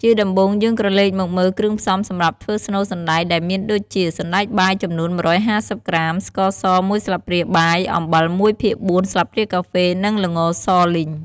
ជាដំបូង យើងក្រឡេកមកមើលគ្រឿងផ្សំសម្រាប់ធ្វើស្នូលសណ្ដែកដែលមានដូចជា សណ្ដែកបាយចំនួន ១៥០ក្រាម ស្ករស មួយស្លាបព្រាបាយ អំបិល ១ភាគ៤ ស្លាបព្រាកាហ្វេ និងល្ងសលីង។